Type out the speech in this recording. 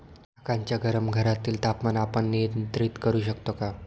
काकांच्या गरम घरातील तापमान आपण नियंत्रित करु शकतो का?